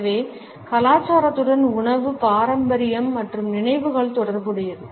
எனவே கலாச்சாரத்துடன் உணவு பாரம்பரியம் மற்றும் நினைவுகள் தொடர்புடையது